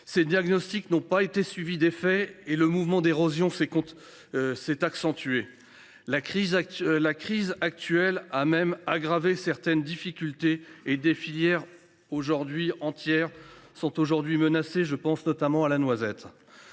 Ces diagnostics n’ont pas été suivis d’effets et le mouvement d’érosion s’est accentué. La crise actuelle a même aggravé certaines difficultés et des filières entières sont actuellement menacées, notamment celle de la noisette.